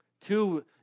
Two